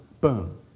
boom